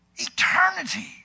eternity